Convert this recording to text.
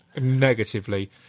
negatively